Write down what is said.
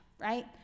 right